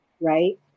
right